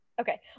okay